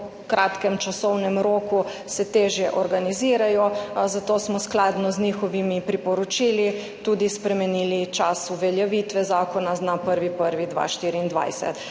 kratkem časovnem roku se težje organizirajo, zato smo skladno z njihovimi priporočili tudi spremenili čas uveljavitve zakona na 1. 1. 2024.